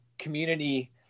Community